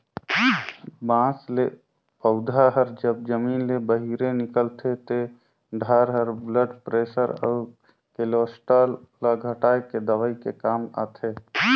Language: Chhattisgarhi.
बांस ले पउधा हर जब जमीन ले बहिरे निकलथे ते डार हर ब्लड परेसर अउ केलोस्टाल ल घटाए के दवई के काम आथे